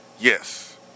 Yes